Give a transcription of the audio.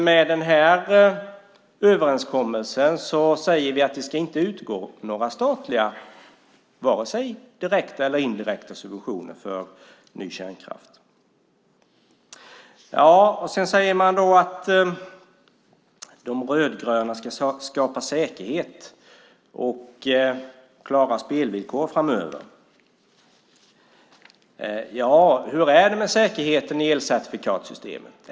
Med den här överenskommelsen säger vi att varken direkta eller indirekta statliga subventioner ska utgå till ny kärnkraft. Man säger att de rödgröna ska skapa säkerhet och klara spelvillkor framöver. Ja, hur är det med säkerheten i elcertifikatssystemet?